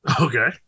Okay